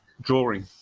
drawing